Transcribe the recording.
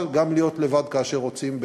אבל גם להיות לבד כאשר רוצים,